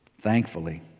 thankfully